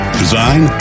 design